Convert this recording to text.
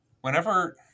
whenever